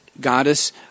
goddess